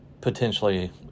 potentially